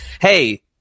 Hey